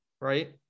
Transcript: right